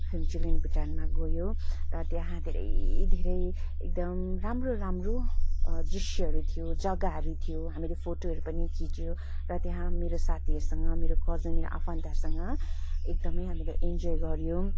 फुन्चुलिङ भुटानमा गयौँ र त्यहाँ धेरै धेरै एकदमै राम्रो राम्रो दृश्यहरू थियो जग्गाहरू थियो हामीले फोटोहरू पनि खिच्यौँ र त्यहाँ मेरो साथीहरूसँग मेरो कजिन या आफन्तहरूसँग एकदमै हामीले इन्जोय गर्यौँ